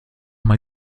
mal